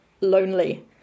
lonely